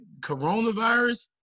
coronavirus